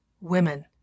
Women